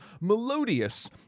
melodious